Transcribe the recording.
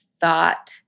thought